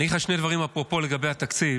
אני אגיד לך שני דברים, אפרופו, לגבי התקציב.